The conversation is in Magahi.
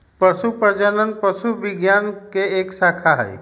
पशु प्रजनन पशु विज्ञान के एक शाखा हई